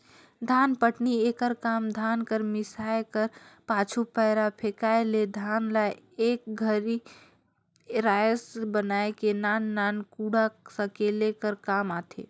धानपटनी एकर काम धान कर मिसाए कर पाछू, पैरा फेकाए ले धान ल एक घरी राएस बनाए के नान नान कूढ़ा सकेले कर काम आथे